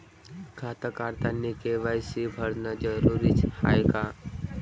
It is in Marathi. खातं काढतानी के.वाय.सी भरनं जरुरीच हाय का?